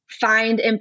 find